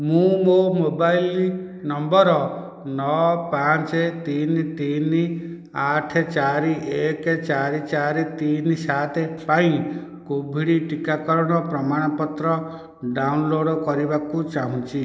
ମୁଁ ମୋ' mobile number ନଅ ପାଞ୍ଚ ତିନି ତିନି ଆଠ ଚାରି ଏକ ଚାରି ଚାରି ତିନି ସାତ ପାଇଁ କୋଭିଡ଼୍ ଟିକାକରଣ ପ୍ରମାଣପତ୍ର ଡାଉନଲୋଡ଼୍ କରିବାକୁ ଚାହୁଁଛି